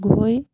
গৈ